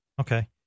Okay